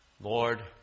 Lord